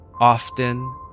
Often